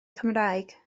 cymraeg